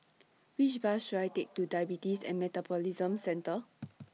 Which Bus should I Take to Diabetes and Metabolism Centre